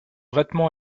vêtement